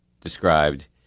described